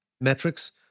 metrics